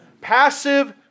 Passive